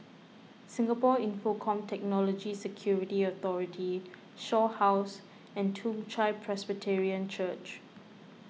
Singapore Infocomm Technology Security Authority Shaw House and Toong Chai Presbyterian Church